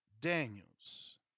Daniels